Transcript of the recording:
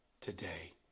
Today